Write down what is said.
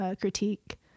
critique